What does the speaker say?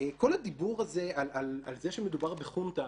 כל הדיבור על זה שמדובר בחונטה,